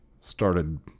started